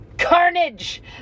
Carnage